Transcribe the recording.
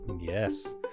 Yes